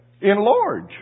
enlarge